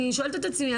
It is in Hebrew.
אני שואלת את עצמי,